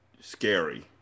scary